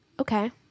Okay